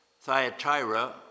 Thyatira